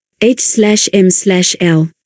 H-slash-M-slash-L